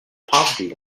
poverty